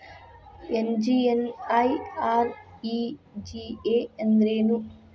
MGNREGA ಅಂದ್ರೆ ಏನು?